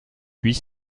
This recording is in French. puis